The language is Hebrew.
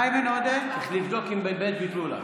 צריך לבדוק אם באמת ביטלו לך.